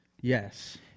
Yes